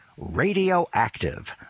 Radioactive